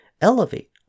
elevate